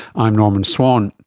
i'm norman swan.